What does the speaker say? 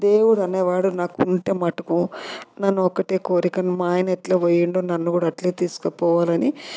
దేవుడు అనేవాడు నాకు ఉంటే మటుకు నన్ను ఒకటే కోరికను మా ఆయన ఎట్ల పోయిండు నన్ను కూడా అట్లే తీసుకపోవాలని ఒక